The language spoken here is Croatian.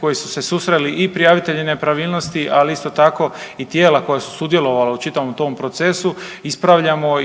koje su se susreli i prijavitelji nepravilnosti, ali isto tako i tijela koja su djelovala u čitavom tom procesu ispravljamo